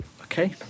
okay